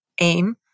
aim